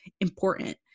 important